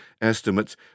estimates